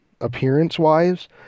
appearance-wise